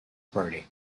party